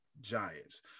Giants